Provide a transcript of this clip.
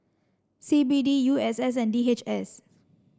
C B D U S S and D H S